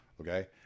Okay